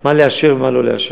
מה לאשר ומה לא לאשר.